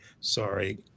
Sorry